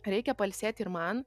reikia pailsėti ir man